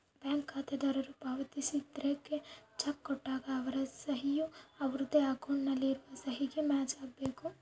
bank ಖಾತೆದಾರರು ಪಾವತಿದಾರ್ರಿಗೆ cheque ಕೊಟ್ಟಾಗ ಅವರ ಸಹಿ ಯು ಅವರದ್ದೇ ಅಕೌಂಟ್ ನಲ್ಲಿ ಇರುವ ಸಹಿಗೆ ಮ್ಯಾಚ್ ಆಗಬೇಕು